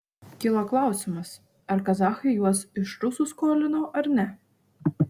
kilo klausimas ar kazachai juos iš rusų skolino ar ne